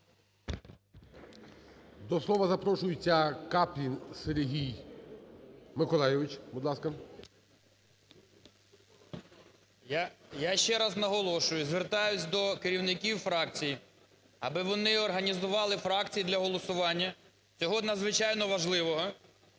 До слова запрошується Каплін Сергій Миколайович. Будь ласка. 11:25:50 КАПЛІН С.М. Я ще раз наголошую, звертаюся до керівників фракцій, аби вони організували фракції для голосування цього надзвичайно важливого